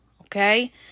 Okay